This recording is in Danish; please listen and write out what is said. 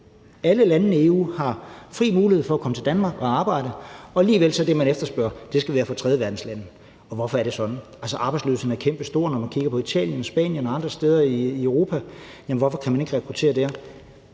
alle landene i EU fri mulighed for at komme til Danmark og arbejde, og alligevel er det, der efterspørges, at det skal være fra tredjeverdenslande. Og hvorfor er det sådan? Altså, arbejdsløsheden er kæmpestor, når man kigger på Italien og Spanien og andre steder i Europa. Hvorfor kan man ikke rekruttere der?